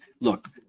look